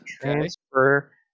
Transfer